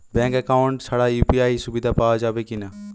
Bank account ছাড়া UPI সুবিধা পাওয়া যাবে কি না?